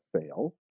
fail